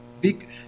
big